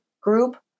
group